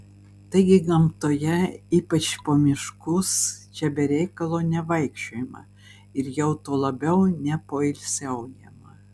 taigi gamtoje ypač po miškus čia be reikalo nevaikščiojama ir jau tuo labiau nepoilsiaujama